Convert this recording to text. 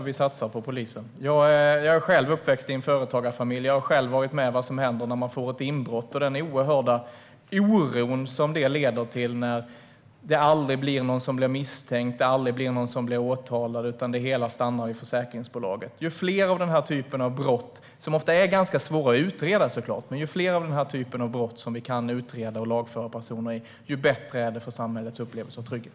Herr talman! Ja, det är därför vi satsar på polisen. Jag är själv uppväxt i en företagarfamilj och har varit med om vad som händer när man får ett inbrott och den oerhörda oro det leder till när det aldrig blir någon som blir misstänkt eller åtalad utan det hela stannar hos försäkringsbolaget. Den här typen av brott är såklart ofta ganska svåra att utreda, men ju fler av den här typen av brott vi kan utreda och lagföra personer för, desto bättre är det för samhällets upplevelse av trygghet.